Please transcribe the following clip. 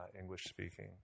English-speaking